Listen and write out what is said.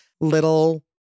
little